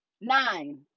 nine